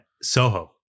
Soho